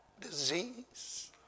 disease